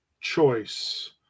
choice